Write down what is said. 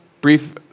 brief